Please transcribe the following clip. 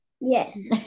Yes